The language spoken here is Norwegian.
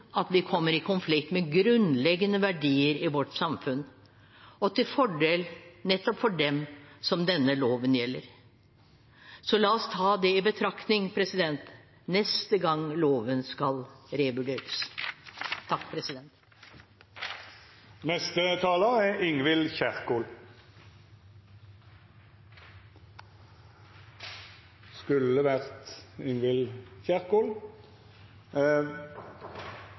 at vi kommer i konflikt med grunnleggende verdier i vårt samfunn, og til fordel nettopp for dem som denne loven gjelder. Så la oss ta det i betraktning neste gang loven skal revurderes.